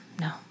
no